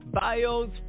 bios